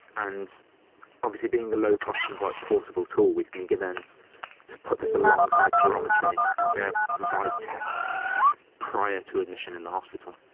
and obviously being the low-cost and quite portable tool we can begin to put this alongside spirometry and be able to provide tests prior to admission in the hospital.